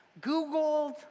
Googled